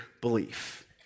belief